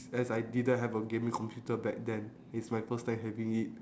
as I didn't have a gaming computer back then is my first time having it